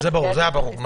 זה היה ברור.